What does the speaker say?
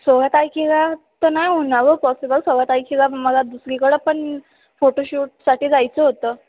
सोळा तारखेला तर नाही होणार ओ पॉसिबल सोळा तारखेला मला दुसरीकडं पण फोटोशूटसाठी जायचं होतं